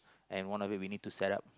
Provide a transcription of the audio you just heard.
and one of it we need to set up